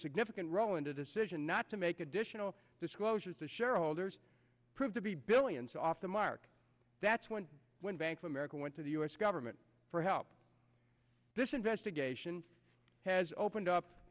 significant role in the decision not to make additional disclosures to shareholders proved to be billions off the market that's when when bank of america went to the u s government for help this investigation has opened up